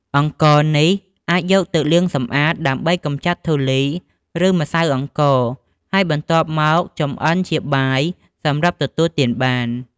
អង្ករនេះអាចយកទៅលាងសម្អាត ដើម្បីកម្ចាត់ធូលី ឬម្សៅអង្ករ ហើយបន្ទាប់មកចម្អិនជាបាយសម្រាប់ទទួលទានបាន។